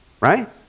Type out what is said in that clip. right